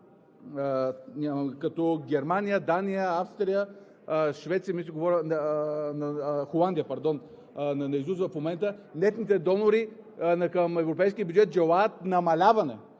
като Германия, Дания, Австрия, Швеция – пардон Холандия, казвам наизуст в момента, нетните донори към европейския бюджет желаят намаляване.